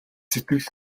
сэтгэл